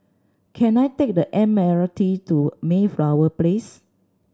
can I take the M R T to Mayflower Place